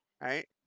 right